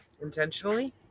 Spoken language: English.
Intentionally